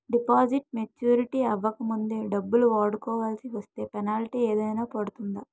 Deposit maturity అవ్వక ముందే డబ్బులు వాడుకొవాల్సి వస్తే పెనాల్టీ ఏదైనా పడుతుందా?